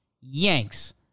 Yanks